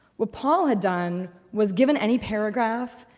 what paul had done was given any paragraph,